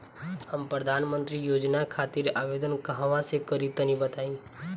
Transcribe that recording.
हम प्रधनमंत्री योजना खातिर आवेदन कहवा से करि तनि बताईं?